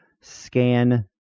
scan